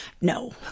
No